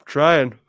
Trying